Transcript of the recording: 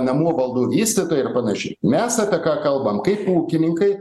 namų valdų vystytojai ir panašiai mes apie ką kalbam kaip ūkininkai